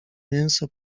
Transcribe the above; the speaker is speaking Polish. mięso